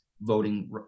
voting